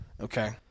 Okay